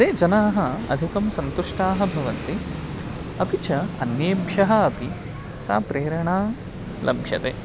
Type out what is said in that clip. ते जनाः अधिकं सन्तुष्टाः भवन्ति अपि च अन्येभ्यः अपि सा प्रेरणा लभ्यते